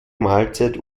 mahlzeit